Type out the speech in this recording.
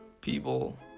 People